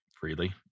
freely